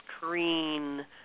screen